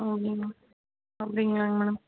ம்ம் அப்படிங்களாங்க மேடம்